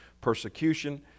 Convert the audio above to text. persecution